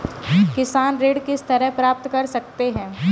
किसान ऋण किस तरह प्राप्त कर सकते हैं?